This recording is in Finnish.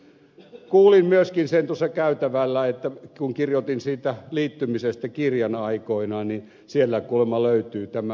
kuulin myöskin sen tuossa käytävällä että kun kirjoitin siitä liittymisestä kirjan aikoinaan sieltä kuulemma löytyy tämä